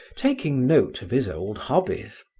taking note of his old hobbies.